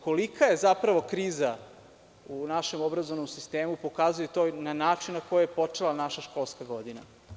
Kolika je zapravo kriza u našem obrazovnom sistemu pokazuje i način na koji je počela naša školska godina.